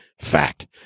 Fact